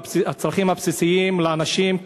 המצרכים הבסיסיים לאנשים,